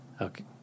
Okay